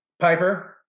Piper